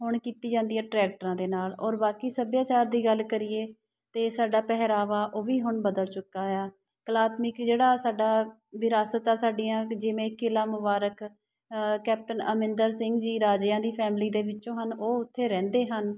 ਹੁਣ ਕੀਤੀ ਜਾਂਦੀ ਹੈ ਟਰੈਕਟਰਾਂ ਦੇ ਨਾਲ ਔਰ ਬਾਕੀ ਸੱਭਿਆਚਾਰ ਦੀ ਗੱਲ ਕਰੀਏ ਅਤੇ ਸਾਡਾ ਪਹਿਰਾਵਾ ਉਹ ਵੀ ਹੁਣ ਬਦਲ ਚੁੱਕਾ ਆ ਕਲਾਤਮਿਕ ਜਿਹੜਾ ਸਾਡਾ ਵਿਰਾਸਤ ਆ ਸਾਡੀਆਂ ਜਿਵੇਂ ਕਿਲਾ ਮੁਬਾਰਕ ਕੈਪਟਨ ਅਮਰਿੰਦਰ ਸਿੰਘ ਜੀ ਰਾਜਿਆਂ ਦੀ ਫੈਮਲੀ ਦੇ ਵਿੱਚੋਂ ਹਨ ਉਹ ਉੱਥੇ ਰਹਿੰਦੇ ਹਨ